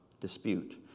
dispute